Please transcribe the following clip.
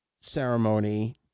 ceremony